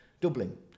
Dublin